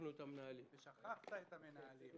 ושכחת את המנהלים.